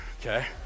okay